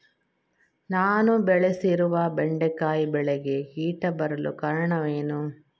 ನಾನು ಬೆಳೆಸಿರುವ ಬೆಂಡೆಕಾಯಿ ಬೆಳೆಗೆ ಕೀಟ ಬರಲು ಕಾರಣವೇನು?